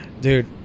Dude